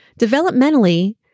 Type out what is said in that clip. Developmentally